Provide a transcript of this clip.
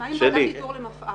מה עם ועדת איתור למפע"ר?